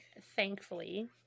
thankfully